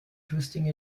twisting